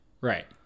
Right